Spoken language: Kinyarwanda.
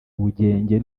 bugenge